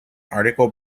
article